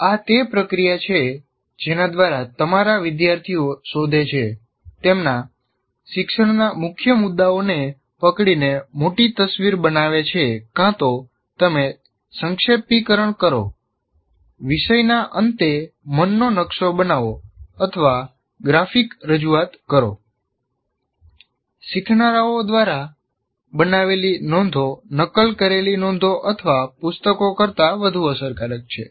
આ તે પ્રક્રિયા છે જેના દ્વારા તમારા વિદ્યાર્થીઓ શોધે છે તેમના શિક્ષણના મુખ્ય મુદ્દાઓને પકડીને મોટી તસવીર બનાવે છે કાં તો તમે સંક્ષેપીકરણ કરો વિષયના અંતે મનનો નકશો બનાવો અથવા ગ્રાફિક રજૂઆત કરો શીખનારાઓ દ્વારા બનાવેલી નોંધો નકલ કરેલી નોંધો અથવા પુસ્તકો કરતાં વધુ અસરકારક છે